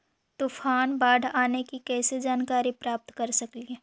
तूफान, बाढ़ आने की कैसे जानकारी प्राप्त कर सकेली?